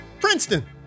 Princeton